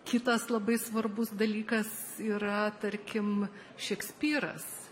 kitas labai svarbus dalykas yra tarkim šekspyras